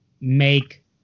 make